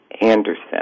Anderson